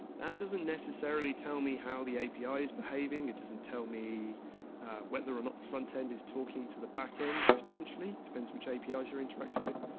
that doesn't necessarily tell me how the api's behaving. it doesn't tell me whether or not the front-end is talking to the back-end potentially it depends which apis you're interacting with.